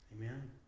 Amen